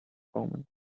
omens